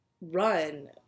run